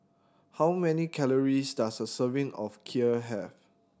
how many calories does a serving of Kheer have